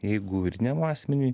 jeigu juridiniam asmeniui